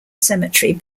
cemetery